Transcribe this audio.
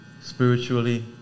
spiritually